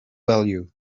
value